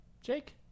Jake